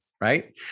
right